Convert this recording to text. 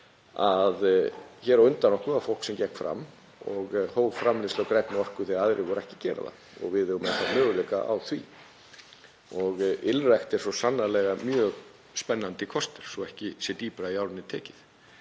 að hér á undan okkur var fólk sem gekk fram og hóf framleiðslu á grænni orku þegar aðrir voru ekki að gera það og við eigum enn þá möguleika á því. Ylrækt er svo sannarlega mjög spennandi kostur, svo ekki sé dýpra í árinni tekið.